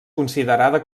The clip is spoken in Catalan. considerada